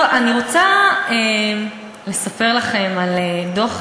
רוצה להוציא אותך מהדיון,